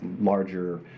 larger